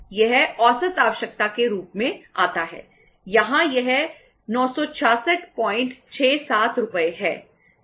यह औसत आवश्यकता के रूप में आता है यहां यह 96667 रुपये है